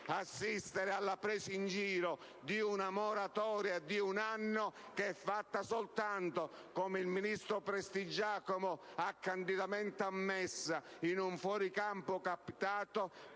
assistere alla presa in giro di una moratoria di un anno, fatta soltanto, come il ministro Prestigiacomo ha candidamente ammesso in un fuori campo captato,